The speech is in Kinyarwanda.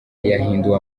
yahinduye